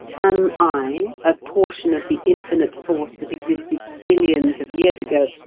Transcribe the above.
am i, a portion of the infinite force that existed billions of years ago,